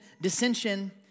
dissension